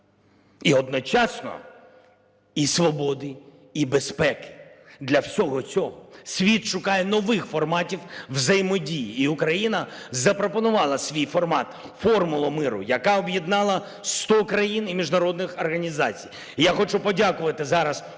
і одночасно і свободи, і безпеки. Для всього цього світ шукає нових форматів взаємодії, і Україна запропонувала свій формат – Формулу миру, яка об'єднала 100 країн і міжнародних організацій. Я хочу подякувати зараз кожному,